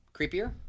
creepier